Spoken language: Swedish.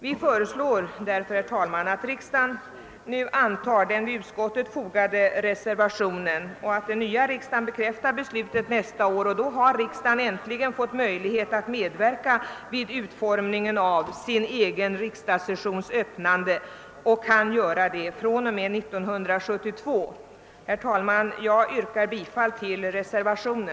Vi föreslår därför, herr talman, att riksdagen nu antar den vid utskottets utlåtande fogade reservationen och att den nya riksdagen bekräftar beslutet nästa år. Då har riksdagen äntligen fått möjlighet att medverka vid utformningen av sin egen riksdagssessions öppnande och kan göra det från och med 1972. Herr talman! Jag ber att få yrka bifall till reservationen.